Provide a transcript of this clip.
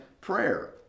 prayer